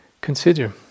Consider